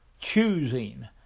choosing